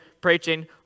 preaching